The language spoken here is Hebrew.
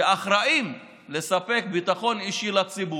שאחראים לספק ביטחון אישי לציבור,